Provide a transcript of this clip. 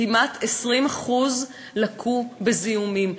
וכמעט 20% לקו בזיהומים.